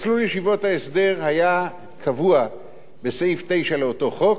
מסלול ישיבות ההסדר היה קבוע בסעיף 9 לאותו חוק,